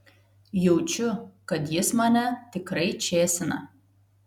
jaučiu kad jis mane tikrai čėsina